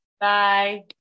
Bye